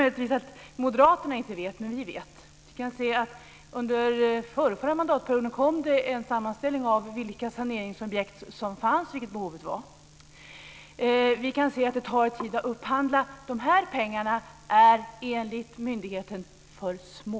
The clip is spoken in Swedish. Möjligtvis gör inte moderaterna det, men vi vet. Under den förrförra mandatperioden kom en sammanställning av vilka saneringsobjekt och vilka behov som fanns. Det tar tid att upphandla, och de här pengarna är enligt myndigheten för små.